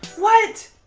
what!